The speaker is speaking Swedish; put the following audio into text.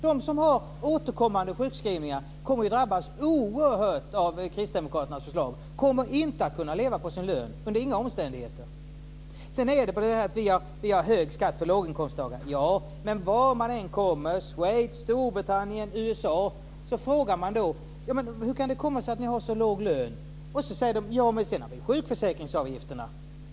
De som har återkommande sjukskrivningar kommer ju att drabbas oerhört hårt av Kristdemokraternas förslag, och de kommer inte under några omständigheter att kunna leva på sin lön. Sedan sägs det att vi har hög skatt för låginkomsttagare. Ja, men vart man än kommer - om det är Schweiz, Storbritannien eller USA - och frågar hur det kan komma sig att de har så låg skatt säger de att de också har sjukförsäkringsavgifter.